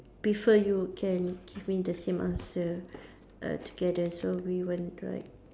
prefer you can give me the same answer err together so we won't right